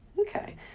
Okay